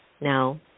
Now